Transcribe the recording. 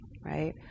right